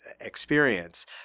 experience